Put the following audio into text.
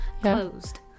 Closed